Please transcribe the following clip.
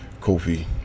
Kofi